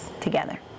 together